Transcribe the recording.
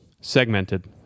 Segmented